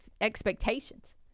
expectations